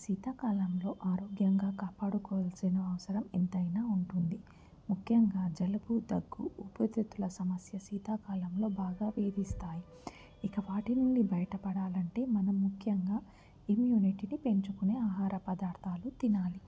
శీతాకాలంలో ఆరోగ్యంగా కాపాడుకోవాల్సిన అవసరం ఎంతైనా ఉంటుంది ముఖ్యంగా జలుబు దగ్గు ఊపిరితిత్తుల సమస్య శీతాకాలంలో బాగా వేధిస్తాయి ఇక వాటి నుండి బయట పడాలంటే మనం ముఖ్యంగా ఇమ్యూనిటీనిపెంచుకునే ఆహార పదార్థాలు తినాలి